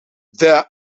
there